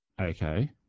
Okay